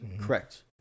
Correct